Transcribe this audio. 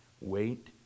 Wait